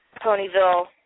Ponyville